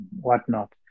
whatnot